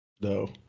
No